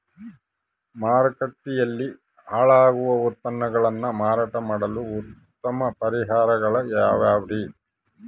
ಮಾರುಕಟ್ಟೆಯಲ್ಲಿ ಹಾಳಾಗುವ ಉತ್ಪನ್ನಗಳನ್ನ ಮಾರಾಟ ಮಾಡಲು ಉತ್ತಮ ಪರಿಹಾರಗಳು ಯಾವ್ಯಾವುರಿ?